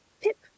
pip